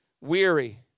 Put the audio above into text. weary